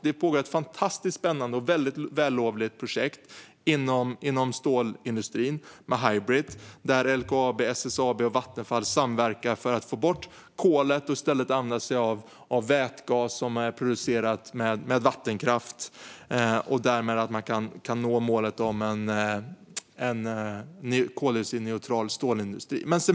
Det pågår ett fantastiskt spännande och vällovligt projekt inom stålindustrin: Hybrit. Där samverkar LKAB, SSAB och Vattenfall för att få bort kolet och i stället använda vätgas som produceras med vattenkraft. Därmed kan målet om en koldioxidneutral stålindustri nås.